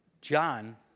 John